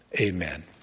Amen